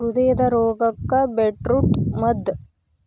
ಹೃದಯದ ರೋಗಕ್ಕ ಬೇಟ್ರೂಟ ಮದ್ದ